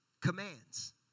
commands